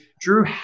Drew